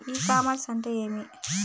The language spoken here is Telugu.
ఇ కామర్స్ అంటే ఏమి?